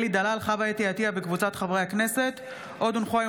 אושרה בקריאה ראשונה ותחזור לדיון